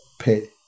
pay